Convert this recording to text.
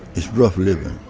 it's rough living.